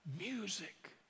music